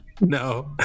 No